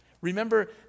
Remember